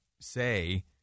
say